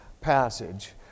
passage